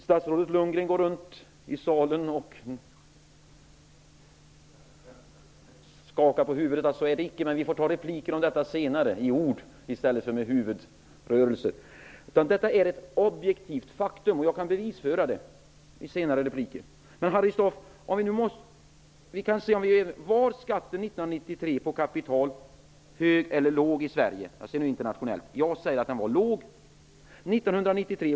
Statsrådet Lundgren går runt i kammaren och skakar på huvudet, men vi får diskutera detta senare med ord i stället för med huvudrörelser. Skattehöjningen är ett objektivt faktum som jag kan bevisa i senare repliker. 1993 hög eller låg i Sverige internationellt sett? Jag säger att den var låg.